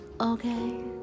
okay